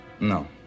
No